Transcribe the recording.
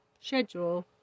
schedule